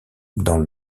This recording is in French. dans